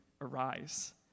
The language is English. Arise